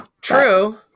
true